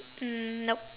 mm nope